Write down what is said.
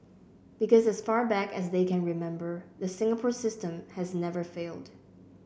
because as far back as they can remember the Singapore system has never failed